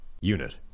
unit